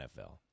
NFL